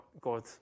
God